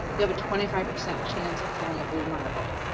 you have a twenty five percent chance of pulling a blue marble.